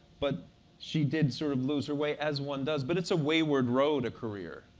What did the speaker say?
but she did sort of lose her way, as one does. but it's a wayward road, a career.